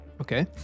Okay